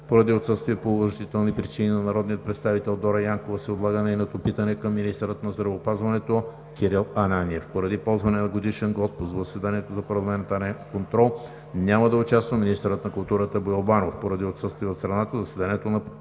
Поради отсъствие по уважителни причини на народния представител Дора Янкова се отлага нейно питане към министъра на здравеопазването Кирил Ананиев. Поради ползване на годишен отпуск в заседанието за парламентарен контрол няма да участва министърът на културата Боил Банов. Поради отсъствие от страната в заседанието за парламентарен